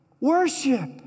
worship